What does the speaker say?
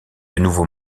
nouveaux